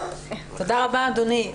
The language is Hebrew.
תודה רבה, אדוני.